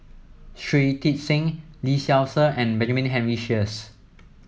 Shui Tit Sing Lee Seow Ser and Benjamin Henry Sheares